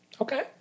Okay